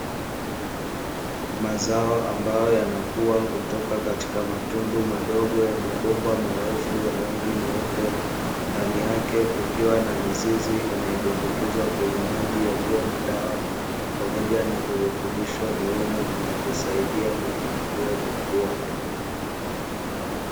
Mazao ambayo yanakua kutoka katika matundu madogo ya mabomba marefu ya rangi nyeupe, ndani yake kukiwa na mizizi inayodumbukizwa kwenye maji yaliyo na dawa, pamoja na virutubisho muhimu vinavyosaidia mimea hiyo kukua.